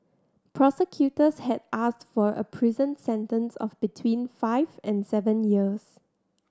prosecutors had asked for a prison sentence of between five and seven years